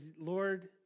Lord